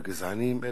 וגזעניים,